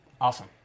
Awesome